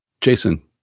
Jason